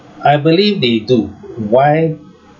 I believe they do why